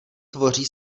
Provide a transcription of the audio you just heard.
tvoří